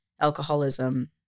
alcoholism